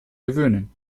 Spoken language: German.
gewöhnen